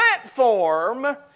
platform